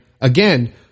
again